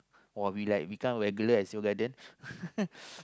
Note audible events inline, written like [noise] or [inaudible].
!wah! we like become regular at Seoul-Garden [laughs]